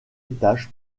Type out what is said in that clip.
étage